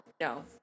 No